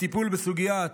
לטיפול בסוגיית